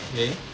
okay